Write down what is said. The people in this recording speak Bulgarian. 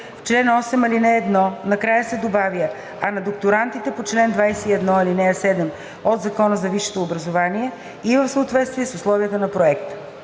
В чл. 8, ал. 1 накрая се добавя „а на докторантите по чл. 21, ал. 7 от Закона за висшето образование – и в съответствие с условията на проекта“.